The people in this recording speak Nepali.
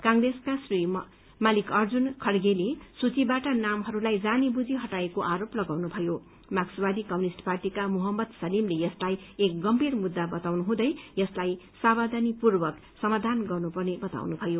कंप्रेसका श्री मल्लिकार्जुन खड़गेले सूचीबाट नामहरूलाई जानी बुझी हटाइएको आरोप लगाउनुभयो मार्क्सवादी कम्युनिष्ट पार्टीका मोहम्मद सलीमले यसलाई एक गम्भीर मुद्दा बताउनुहुँदै यसलाई सावधानीपूर्वक समाधान गरिनु पर्ने बताउनुभयो